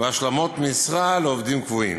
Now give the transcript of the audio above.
והשלמות משרה לעובדים קבועים.